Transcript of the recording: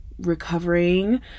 recovering